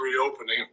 reopening